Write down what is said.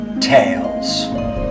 Tales